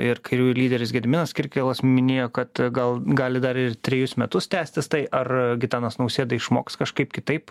ir kairiųjų lyderis gediminas kirkilas minėjo kad gal gali dar ir trejus metus tęstis tai ar gitanas nausėda išmoks kažkaip kitaip